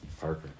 Parker